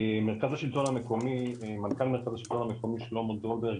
מנכ"ל מרכז השלטון המקומי שלמה דרוברג,